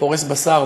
פורס בשר,